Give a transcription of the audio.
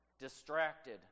distracted